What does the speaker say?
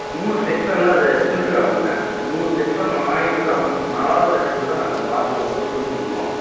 மூணு செக்ஸன்லில் அது ஃபில்ட்ரு ஆகுங்க மூணு செக்ஸன் ஆகிட்டுதான் நாலாவது பட்சத்தில்தான் நாங்கள் பாட்டிலில் வந்து ஃபில் பண்ணுவோம்